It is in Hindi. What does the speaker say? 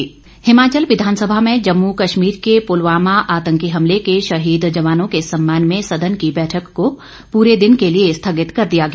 विधानसभा स्थगित इस बीच हिमाचल विधानसभा में जम्मू कश्मीर के पुलवामा आतंकी हमले के शहीद जवानों के सम्मान में सदन की बैठक को पूरे दिन के लिए स्थगित कर दिया गया